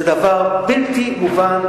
זה דבר בלתי מובן,